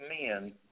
men